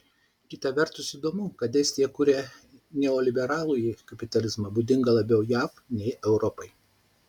kita vertus įdomu kad estija kuria neoliberalųjį kapitalizmą būdingą labiau jav nei europai